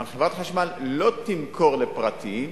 אבל חברת החשמל לא תמכור לפרטיים,